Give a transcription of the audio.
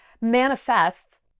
manifests